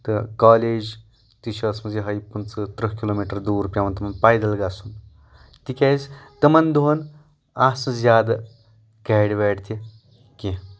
تہٕ کالیج تہِ چھِ ٲسۍ مٕژ یِہٕے پٕنٛژٕ تٕرٕٛہ کلوٗ میٖٹر دوٗر پٮ۪وان تِمن پایٚدل گژھُن تِکیٛازِ تِمن دۄہن آسنہٕ زیادٕ گاڑِ واڑِ تہِ کینٛہہ